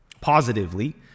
Positively